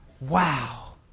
Wow